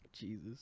Jesus